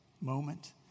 moment